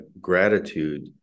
gratitude